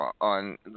on